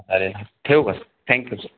अरे ठेवू का सर थँक्यू सर